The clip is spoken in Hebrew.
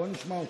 בואו נשמע אותה.